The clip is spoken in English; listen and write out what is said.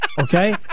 Okay